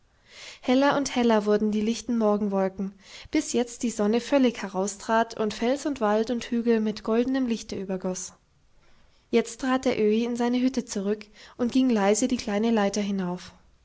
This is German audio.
heller und heller wurden oben die lichten morgenwolken bis jetzt die sonne völlig heraustrat und fels und wald und hügel mit goldenem lichte übergoß jetzt trat der öhi in seine hütte zurück und ging leise die kleine leiter hinauf